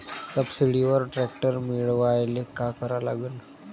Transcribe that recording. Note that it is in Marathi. सबसिडीवर ट्रॅक्टर मिळवायले का करा लागन?